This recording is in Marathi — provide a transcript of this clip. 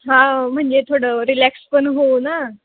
हो म्हणजे थोडं रिलॅक्स पण होऊ ना